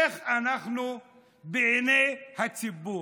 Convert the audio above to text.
איך אנחנו בעיני הציבור?